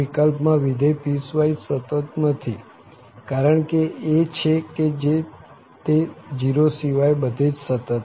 આ વિકલ્પમાં વિધેય પીસવાઈસ સતત નથી કારણ એ છે કે તે 0 સિવાય બધે જ સતત છે